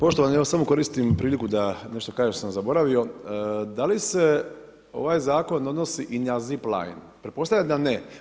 Poštovani evo samo koristim priliku da nešto kažem što sam zaboravio, da li se ovaj zakon odnosi i na zip line, pretpostavljam da ne.